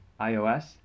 iOS